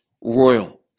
royal